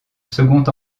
second